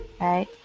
right